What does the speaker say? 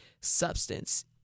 substance